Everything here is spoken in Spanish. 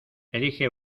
elige